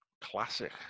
Classic